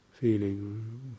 feeling